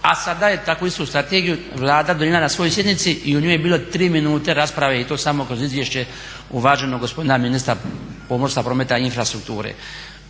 a sada je takvu istu strategiju Vlada donijela na svojoj sjednici i o njoj je bilo tri minute rasprave i to samo kroz izvješće uvaženog gospodina ministra pomorstva, prometa i infrastrukture.